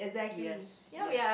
yes yes